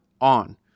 on